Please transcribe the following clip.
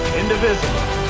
indivisible